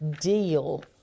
deal